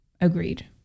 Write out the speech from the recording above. agreed